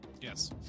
Yes